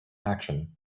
action